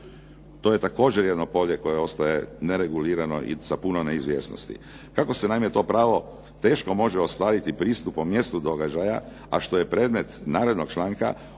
To je također jedno polje koje ostaje neregulirano i sa puno neizvjesnosti. Tako se naime to pravo teško može ostvariti pristupom mjestu događaja, a što je predmet narednog članka